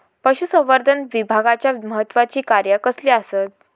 पशुसंवर्धन विभागाची महत्त्वाची कार्या कसली आसत?